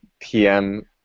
PM